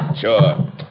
Sure